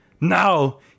Now